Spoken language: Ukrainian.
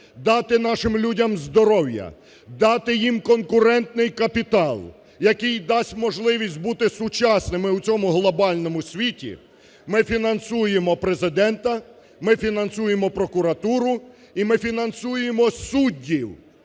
дати нашим людям здоров'я, дати їм конкурентний капітал, який дасть можливість бути сучасним і в цьому глобальному світі, ми фінансуємо Президента, ми фінансуємо прокуратуру, і ми фінансуємо суддів.